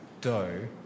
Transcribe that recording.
dough